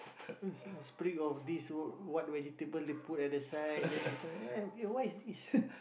a a of this what what vegetable they put at the side then this one eh eh what is this